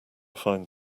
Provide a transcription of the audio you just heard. find